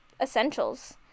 essentials